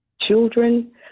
children